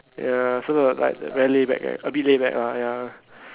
ya so uh like very laid back right a bit laid back lah ya